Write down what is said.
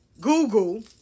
Google